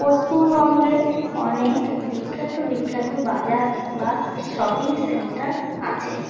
পশ্চিমবঙ্গে অনেক বিখ্যাত বিখ্যাত বাজার বা শপিং সেন্টার আছে